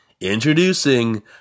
Introducing